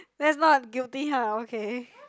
that's not guilty !huh! okay